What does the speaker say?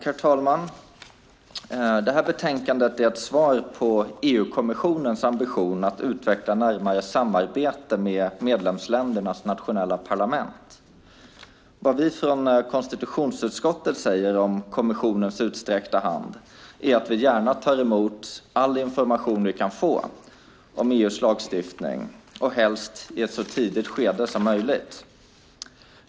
Herr talman! Det här utlåtandet är ett svar på EU-kommissionens ambition att utveckla ett närmare samarbete med medlemsländernas nationella parlament. Vad vi från konstitutionsutskottet säger om kommissionens utsträckta hand är att vi gärna tar emot all information vi kan få om EU:s lagstiftning och helst i ett så tidigt skede som möjligt.